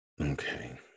Okay